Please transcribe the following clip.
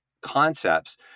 concepts